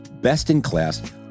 best-in-class